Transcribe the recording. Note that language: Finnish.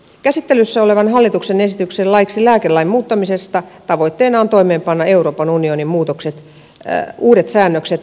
käsittelyssä olevan hallituksen esityksen laiksi lääkelain muuttamisesta tavoitteena on toimeenpanna euroopan unionin uudet säännökset lääketurvatoiminnasta